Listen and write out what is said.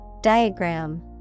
Diagram